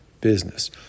business